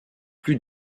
plus